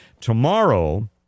Tomorrow